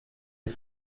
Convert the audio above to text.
est